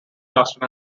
lasted